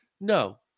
no